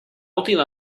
útil